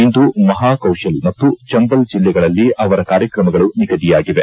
ಇಂದು ಮಹಾಕೌಶಲ್ ಮತ್ತು ಚಂಬಲ್ ಜಿಲ್ಲೆಗಳಲ್ಲಿ ಅವರ ಕಾರ್ಯಕ್ರಮಗಳು ನಿಗದಿಯಾಗಿವೆ